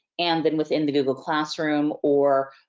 and and within the google classroom. or,